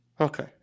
Okay